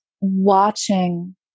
Watching